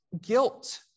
guilt